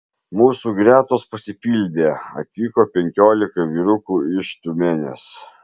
mūsų gretos pasipildė atvyko penkiolika vyrukų iš tiumenės